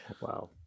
Wow